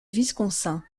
wisconsin